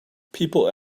people